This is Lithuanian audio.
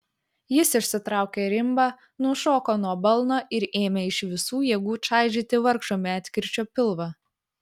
jis išsitraukė rimbą nušoko nuo balno ir ėmė iš visų jėgų čaižyti vargšo medkirčio pilvą